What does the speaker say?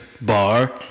bar